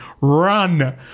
run